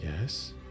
yes